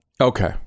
Okay